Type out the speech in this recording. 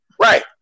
Right